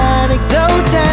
anecdotes